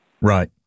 Right